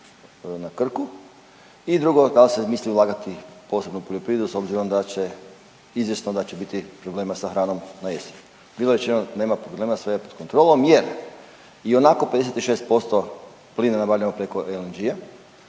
na Krku i drugo dal se misli ulagati posebno u poljoprivredu s obzirom da će izvjesno da će biti problema sa hranom na jesen. Bilo je rečeno nema problema sve je pod kontrolom jer i onako 56% plina nabavljamo preko LNG,